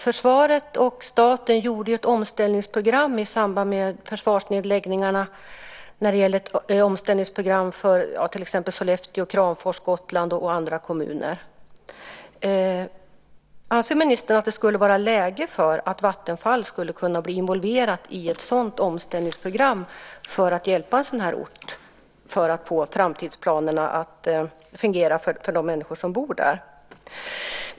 Försvaret och staten genomförde ett omställningsprogram i samband med försvarsnedläggningarna i Sollefteå, i Kramfors, på Gotland och i andra kommuner. Anser ministern att det är läge för att involvera Vattenfall i ett sådant omställningsprogram för att hjälpa orten och för att få framtidsplanerna att fungera för de människor som bor där?